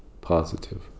positive